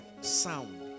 Sound